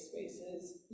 spaces